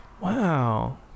Wow